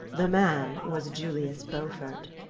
the man was julius beaufort.